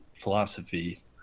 philosophy